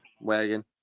wagon